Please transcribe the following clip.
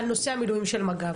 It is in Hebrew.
על נושא המילואים של מג"ב,